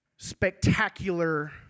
spectacular